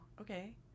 okay